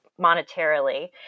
monetarily